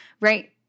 right